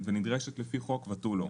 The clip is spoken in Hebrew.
ונדרשת לפי חוק ותו לא.